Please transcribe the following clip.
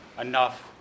enough